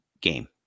game